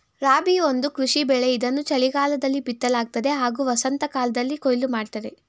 ರಾಬಿ ಒಂದು ಕೃಷಿ ಬೆಳೆ ಇದನ್ನು ಚಳಿಗಾಲದಲ್ಲಿ ಬಿತ್ತಲಾಗ್ತದೆ ಹಾಗೂ ವಸಂತಕಾಲ್ದಲ್ಲಿ ಕೊಯ್ಲು ಮಾಡ್ತರೆ